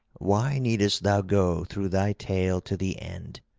why needest thou go through thy tale to the end?